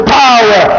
power